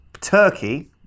turkey